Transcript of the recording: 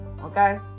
Okay